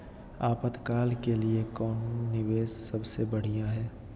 आपातकाल के लिए कौन निवेस सबसे बढ़िया है?